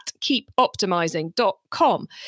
keepoptimizing.com